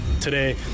today